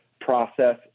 process